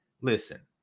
listen